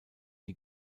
die